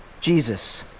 Jesus